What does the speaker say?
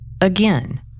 again